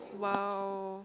!wow!